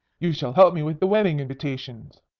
you shall help me with the wedding invitations.